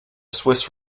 swiss